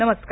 नमस्कार